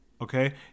Okay